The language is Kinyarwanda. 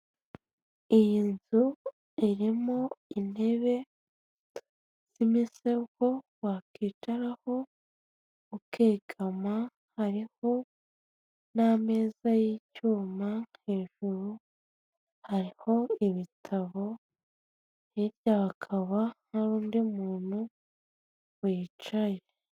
Iyi nzu irimo intebe n'imisego wakwicaraho ukegama, harimo n'ameza y'icyuma, hejuru hariho ibitabo, hirya hakaba n'undi muntu wicaye.